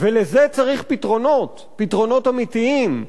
ולזה צריך פתרונות, פתרונות אמיתיים,